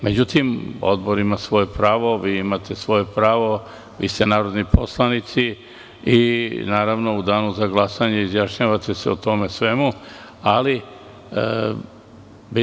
Međutim, Odbor ima svoje pravo, vi imate svoje pravo, vi ste narodni poslanici i u danu za glasanje izjašnjavate se o svemu tome.